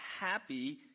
happy